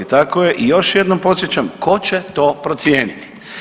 Tako je i još jednom podsjećam tko će to procijeniti.